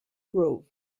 grove